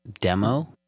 demo